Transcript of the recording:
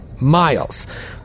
Miles